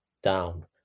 down